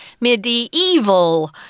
medieval